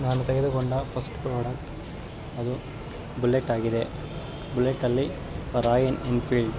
ನಾನು ತೆಗೆದುಕೊಂಡ first product ಅದು ಬುಲೆಟ್ಟಾಗಿದೆ ಬುಲೆಟ್ಟಲ್ಲಿ ರಾಯನ್ ಎನ್ಫೀಲ್ಡ್